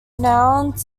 renowned